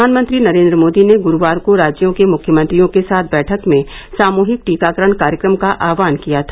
प्रधानमंत्री नरेंद्र मोदी ने गुरूवार को राज्यों के मुख्यमंत्रियों के साथ बैठक में सामूहिक टीकाकरण कार्यक्रम का आह्वान किया था